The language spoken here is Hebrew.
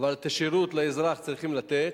אבל את השירות לאזרח צריכים לתת,